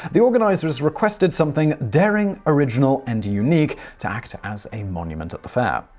the organizers requested something daring, original, and unique to act as a monument at the fair.